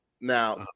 Now